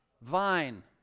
vine